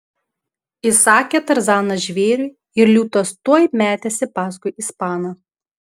įsakė tarzanas žvėriui ir liūtas tuoj metėsi paskui ispaną